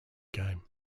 game